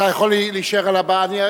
אתה יכול להישאר על הבמה.